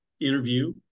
interview